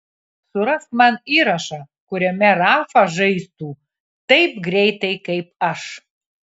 surask man įrašą kuriame rafa žaistų taip greitai kaip aš